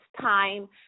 time